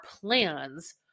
plans